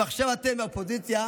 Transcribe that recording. אם עכשיו אתם באופוזיציה